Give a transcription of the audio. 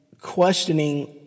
questioning